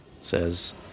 says